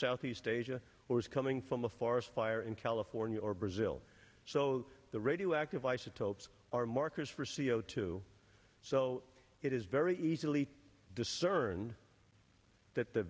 southeast asia or is coming from a forest fire in california or brazil so the radioactive isotopes are markers for c o two so it is very easily discerned that the